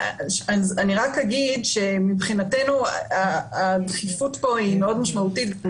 אני רק אגיד שמבחינתנו הדחיפות פה היא מאוד משמעותית.